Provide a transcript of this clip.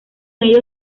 ello